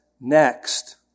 next